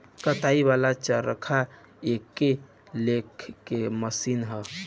कताई वाला चरखा एक लेखा के मशीन ह